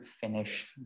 finish